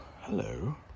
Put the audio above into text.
hello